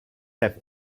have